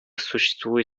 существуют